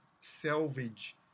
salvage